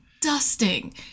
dusting